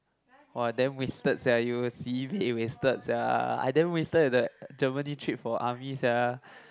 !wah! damn wasted sia you sibeh wasted sia I damn wasted at the Germany trip for army sia